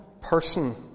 person